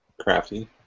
Crafty